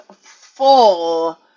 full